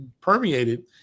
permeated